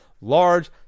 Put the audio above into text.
large